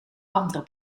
andere